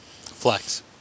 Flex